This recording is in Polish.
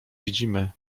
widzimy